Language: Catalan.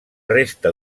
resta